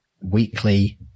weekly